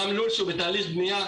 גם לול בתהליך בנייה,